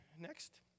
next